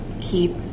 keep